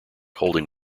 holding